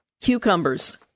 Cucumbers